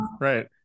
right